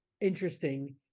interesting